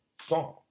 song